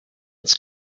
ins